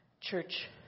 church